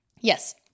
Yes